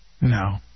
No